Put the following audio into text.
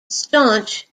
staunch